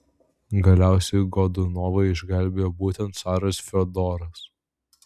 galiausiai godunovą išgelbėjo būtent caras fiodoras